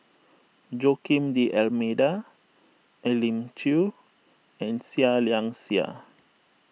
Joaquim D'Almeida Elim Chew and Seah Liang Seah